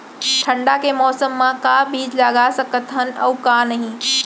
ठंडा के मौसम मा का का बीज लगा सकत हन अऊ का नही?